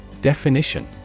Definition